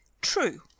true